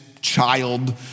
child